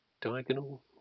diagonal